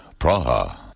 Praha